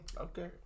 Okay